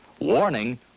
Warning